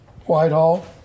Whitehall